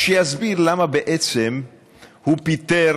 אז שיסביר למה בעצם הוא פיטר